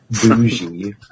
Bougie